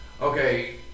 Okay